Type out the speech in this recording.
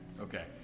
okay